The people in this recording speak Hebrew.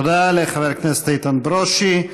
תודה לחבר הכנסת איתן ברושי.